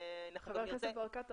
חבר הכנסת ברקת,